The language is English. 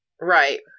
Right